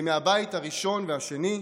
בימי הבית הראשון והשני.